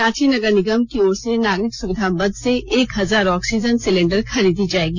रांची नगर निगम की ओर से नागरिक सुविधामद से एक हजार ऑक्सीजन सिलेंडर खरीदी जाएगी